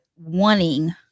wanting